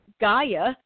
Gaia